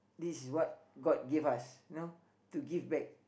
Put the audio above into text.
this is what god give us you know to give back